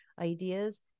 ideas